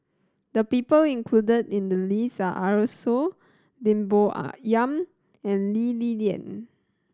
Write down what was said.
the people included in the list are Arasu Lim Bo Yam and Lee Li Lian